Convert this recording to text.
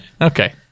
Okay